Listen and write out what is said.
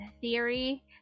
Theory